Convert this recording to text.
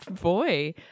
boy